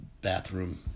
bathroom